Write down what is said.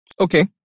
Okay